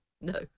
No